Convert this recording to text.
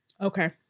Okay